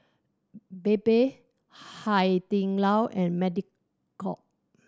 Bebe Hai Di Lao and Mediacorp